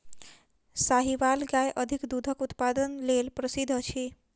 साहीवाल गाय अधिक दूधक उत्पादन लेल प्रसिद्ध अछि